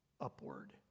upward